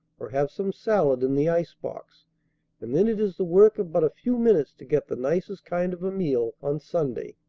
or have some salad in the ice-box and then it is the work of but a few minutes to get the nicest kind of a meal on sunday.